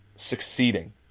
succeeding